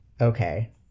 Okay